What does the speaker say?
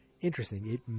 interesting